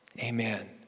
Amen